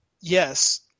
Yes